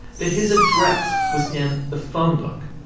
that his address was in the phonebook,